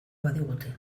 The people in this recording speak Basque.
badigute